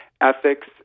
ethics